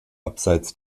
abseits